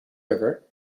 river